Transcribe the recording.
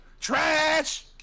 Trash